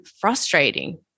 frustrating